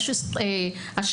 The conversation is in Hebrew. סליחה.